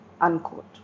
unquote